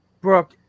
Brooke